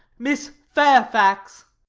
miss fairfax.